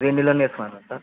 వేడి నీళ్ళల్లో ఏసుకోవాలా సార్